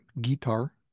guitar